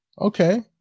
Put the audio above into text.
okay